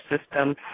system